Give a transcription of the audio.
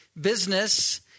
business